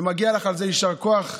ומגיע לך על זה יישר כוח גדול.